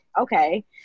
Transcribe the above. okay